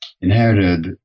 inherited